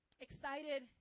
excited